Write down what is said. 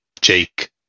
Jake